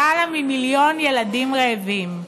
למעלה ממיליון ילדים רעבים.